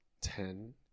ten